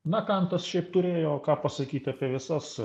na kantas šiaip turėjo ką pasakyt apie visas